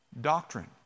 doctrine